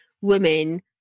women